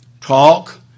talk